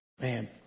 Man